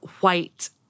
white